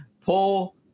Pull